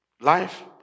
Life